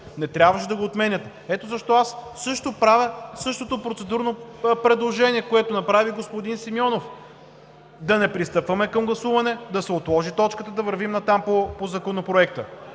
Не трябваше да го отменяте. Ето защо аз също правя същото процедурно предложение, което направи господин Симеонов: да не пристъпваме към гласуване, да се отложи точката, да вървим нататък по Законопроекта.